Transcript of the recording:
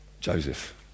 Joseph